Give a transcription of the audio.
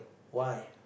why